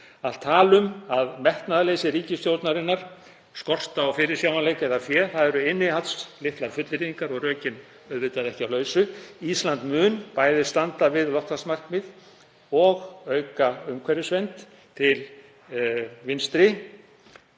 Allt tal um metnaðarleysi ríkisstjórnarinnar, skort á fyrirsjáanleika eða fé eru innihaldslitlar fullyrðingar og rökin auðvitað ekki á lausu. Ísland mun bæði standa við loftslagsmarkmið og auka umhverfisvernd ef Vinstri